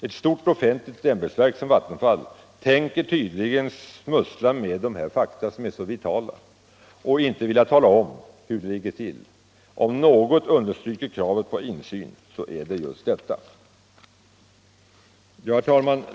Ett stort offentligt ämbetsverk som Vattenfall tänker tydligen smussla med dessa vitala fakta och inte tala om ens för de berörda kommunerna hur det ligger till. Om något understryker kravet på insyn så är det just detta.